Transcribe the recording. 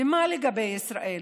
ומה לגבי ישראל?